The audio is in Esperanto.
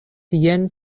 jen